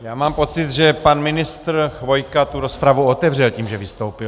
Já mám pocit, že pan ministr Chvojka tu rozpravu otevřel tím, že vystoupil.